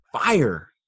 fire